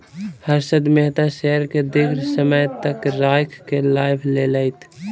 Harshad Mehta share के दीर्घ समय तक राइख के लाभ लेलैथ